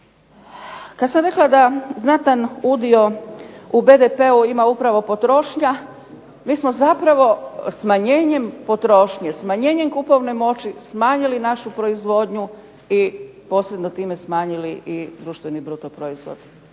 Kad sam rekla da znatan udio u BDP-u ima upravo potrošnja, mi smo zapravo smanjenjem potrošnje, smanjenjem kupovne moći smanjili našu proizvodnju i posredno time smanjili i društveni brutoproizvod.